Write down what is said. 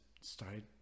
started